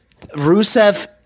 Rusev